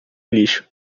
lixo